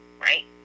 right